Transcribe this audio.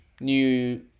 new